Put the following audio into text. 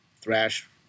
thrash